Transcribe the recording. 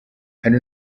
hano